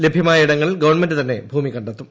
ലഭ്യമായ ഇടങ്ങളിൽ ഗവൺമെന്റ് തന്നെ ഭൂമി കണ്ടെത്തും